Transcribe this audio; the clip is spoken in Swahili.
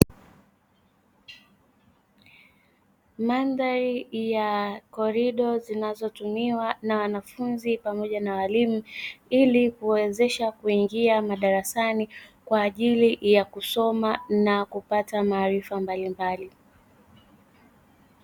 Mandhari ya korido zinazo tumiwa na wanafunzi pamoja na walimu, ili kuwawezesha kuingia madarasani kwa ajili ya kusoma na kupata maarifa mbalimbali.